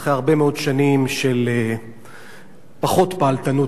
אחרי הרבה מאוד שנים של פחות פעלתנות,